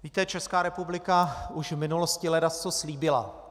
Víte, Česká republika už v minulosti ledasco slíbila.